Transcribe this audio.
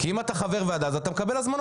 כי אם אתה חבר ועדה אז אתה מקבל הזמנות.